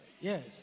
Yes